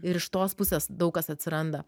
ir iš tos pusės daug kas atsiranda